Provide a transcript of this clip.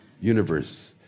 universe